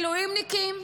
למילואימניקים,